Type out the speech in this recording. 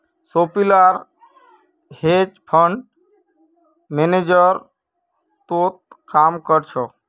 सोपीराल hedge fund manager तोत काम कर छ